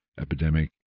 epidemic